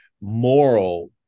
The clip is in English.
moral